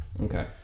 Okay